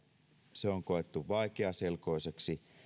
se on koettu vaikeaselkoiseksi